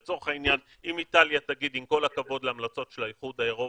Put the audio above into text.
לצורך הענין אם איטליה תגיד: עם כל הכבוד להמלצות של האיחוד האירופי,